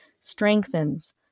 strengthens